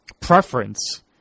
preference